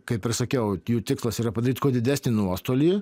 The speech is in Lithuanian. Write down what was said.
kaip ir sakiau jų tikslas yra padaryt kuo didesnį nuostolį